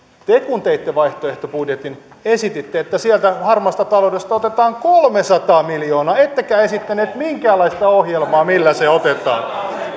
te kun teitte vaihtoehtobudjetin esititte että sieltä harmaasta taloudesta otetaan kolmesataa miljoonaa ettekä esittäneet minkäänlaista ohjelmaa millä se otetaan